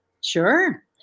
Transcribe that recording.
Sure